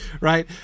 right